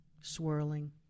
swirling